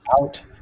out